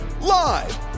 Live